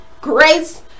grace